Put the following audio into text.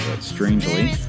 strangely